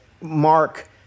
Mark